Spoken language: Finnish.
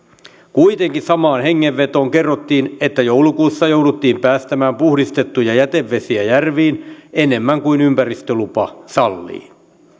kuitenkin samaan hengenvetoon kerrottiin että joulukuussa jouduttiin päästämään puhdistettuja jätevesiä järviin enemmän kuin ympäristölupa sallii